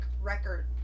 record